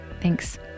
Thanks